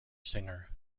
singer